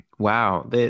Wow